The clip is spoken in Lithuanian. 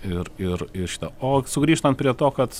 ir ir ir šita o sugrįžtant prie to kad